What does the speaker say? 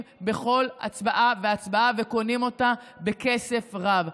בכל הצבעה והצבעה וקונים אותה בכסף רב.